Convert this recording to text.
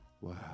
Wow